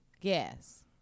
Yes